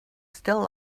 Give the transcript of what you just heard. still